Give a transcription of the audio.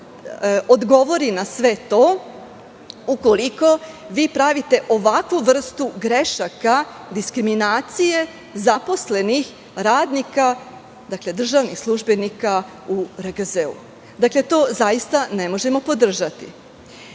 odgovori na sve to, ukoliko pravite ovakvu vrstu grešaka, diskriminacije zaposlenih, radnika, državnih službenika u RGZ. To zaista ne možemo podržati. Ukoliko